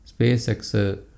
SpaceX